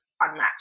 unmatched